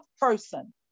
person